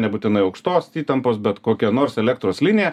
nebūtinai aukštos įtampos bet kokia nors elektros linija